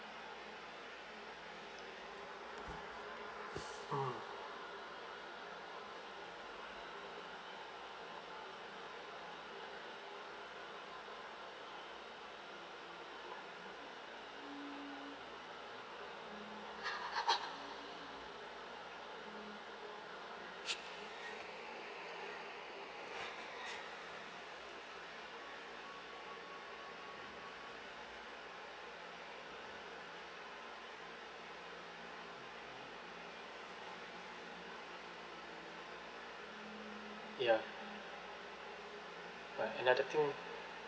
mm ya but another thing